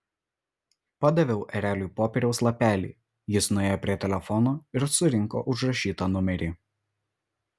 padaviau ereliui popieriaus lapelį jis nuėjo prie telefono ir surinko užrašytą numerį